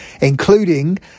including